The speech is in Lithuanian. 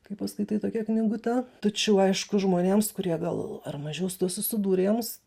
kai paskaitai tokią knygutę tačiau aišku žmonėms kurie gal ar mažiau su tuo susidūrę jiems